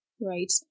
right